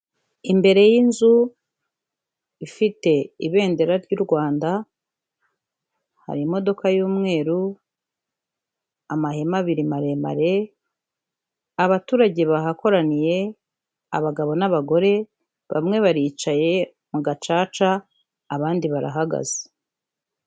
Imbere y'inzu ifite ibendera ry'u Rwanda, hari imodoka y'umweru, amahema abiri maremare, abaturage bahakoraniye, abagabo n'abagore, bamwe baricaye mu gacaca abandi barahagaze.